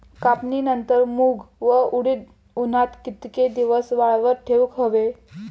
कापणीनंतर मूग व उडीद उन्हात कितके दिवस वाळवत ठेवूक व्हये?